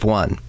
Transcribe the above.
one